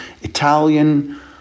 Italian